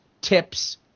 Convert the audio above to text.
tips